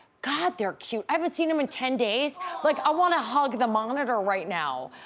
god they're cute. i haven't seen them in ten days. like i wanna hug the monitor right now.